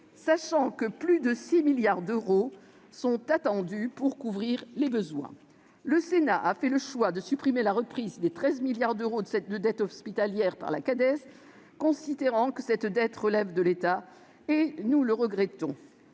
sachant que plus de 6 milliards d'euros sont attendus pour couvrir les besoins. Le Sénat a fait le choix de supprimer la reprise des 13 milliards d'euros de dette hospitalière par la Caisse d'amortissement de la dette sociale (Cades),